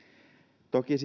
toki